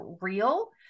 real